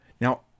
Now